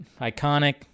Iconic